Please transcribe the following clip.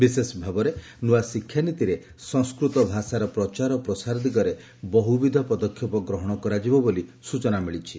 ବିଶେଷ ଭାବରେ ନୂଆ ଶିକ୍ଷାନୀତିରେ ସଂସ୍କୃତ ଭାଷାର ପ୍ରଚାର ଓ ପ୍ରସାର ଦିଗରେ ବହୁବିଧ ପଦକ୍ଷେପ ଗ୍ରହଣ କରାଯିବ ବୋଲି ସୂଚନା ମିଳିଛି